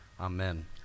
Amen